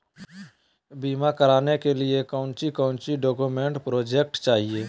बीमा कराने के लिए कोच्चि कोच्चि डॉक्यूमेंट प्रोजेक्ट चाहिए?